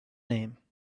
name